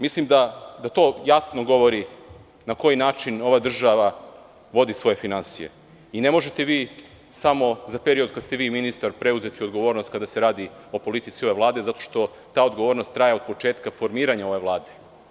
Mislim da to jasno govori na koji način ova država vodi svoje finansije i ne možete samo za period od kada ste vi ministar preuzeti odgovornost kada se radi o politici ove Vlade zato što ta odgovornost traje od početka formiranja ove Vlade.